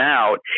out